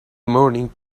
morning